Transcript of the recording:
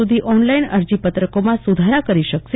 સુધી ઓનલાઈન અરજી પત્રકોમાં સુધારો કરી શકશે